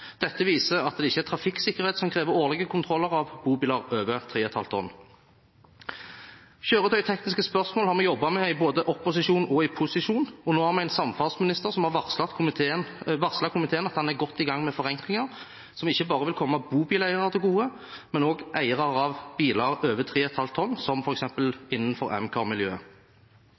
Dette viser at det ikke er trafikksikkerhet som krever årlige kontroller av bobiler over 3,5 tonn. Kjøretøytekniske spørsmål har vi jobbet med både i opposisjon og i posisjon, og nå har vi en samferdselsminister som har varslet komiteen om at han er godt i gang med forenklinger som ikke bare vil komme bobileiere til gode, men også eiere av andre biler over 3,5 tonn,